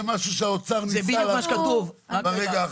זה בדיוק מה שכתוב כרגע.